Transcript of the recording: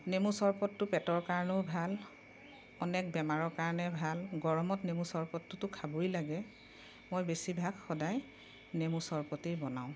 নেমু চৰবতটো পেটৰ কাৰণেও ভাল অনেক বেমাৰৰ কাৰণে ভাল গৰমত নেমু চৰবতটোতো খাবই লাগে মই বেছিভাগ সদায় নেমু চৰবতেই বনাওঁ